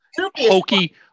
hokey